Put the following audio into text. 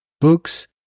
books